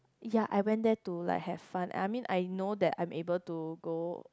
ya I went there to like have fun and I mean I know that I'm able to go